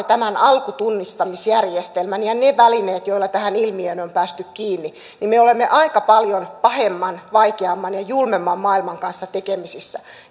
tämän alkutunnistamisjärjestelmän ja ne välineet joilla tähän ilmiöön on päästy kiinni niin me olemme aika paljon pahemman vaikeamman ja julmemman maailman kanssa tekemisissä